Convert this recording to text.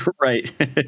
Right